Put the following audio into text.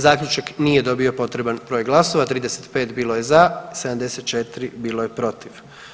Zaključak nije dobio potreban broj glasova, 35 bilo je za, 74 bilo je protiv.